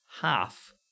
half